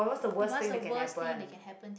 what's the worst thing that can happen